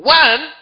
one